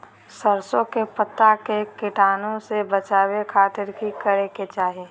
सरसों के पत्ता के कीटाणु से बचावे खातिर की करे के चाही?